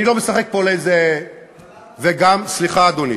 אני לא משחק פה לאיזה, סליחה, אדוני.